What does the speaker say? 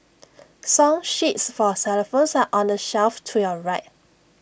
song sheets for xylophones are on the shelf to your right